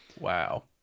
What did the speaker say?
wow